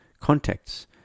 contacts